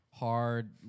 hard